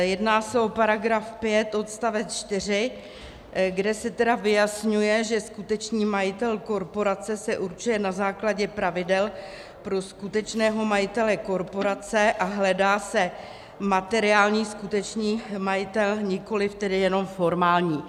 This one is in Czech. Jedná se o § 5 odst. 4, kde se vyjasňuje, že skutečný majitel korporace se určuje na základě pravidel pro skutečného majitele korporace a hledá se materiální skutečný majitel, nikoliv tedy jenom formální.